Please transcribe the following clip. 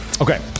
Okay